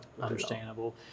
Understandable